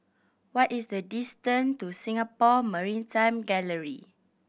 what is the distance to Singapore Maritime Gallery